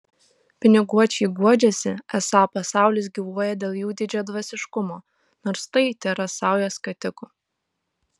piniguočiai guodžiasi esą pasaulis gyvuoja dėl jų didžiadvasiškumo nors tai tėra sauja skatikų